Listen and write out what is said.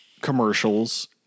commercials